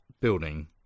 building